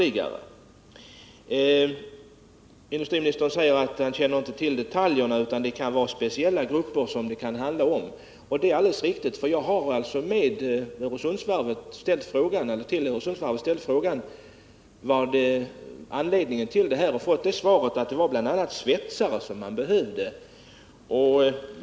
Industriministern säger att han inte känner till detaljerna utan att det kan handla om speciella grupper. Det är alldeles riktigt. Jag har till Öresundsvarvet ställt frågan vad som är anledningen till annonseringen, och jag har fått svaret att man bl.a. behövde svetsare.